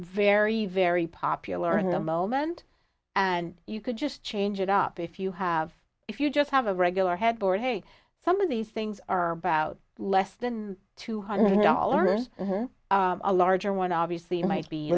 very very popular in a moment and you could just change it up if you have if you just have a regular headboard hey some of these things are about less than two hundred dollars a larger one obviously might be